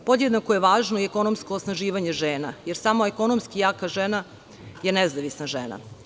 Podjednako je važno i ekonomsko osnaživanje žena, jer samo ekonomski jaka žena je nezavisna žena.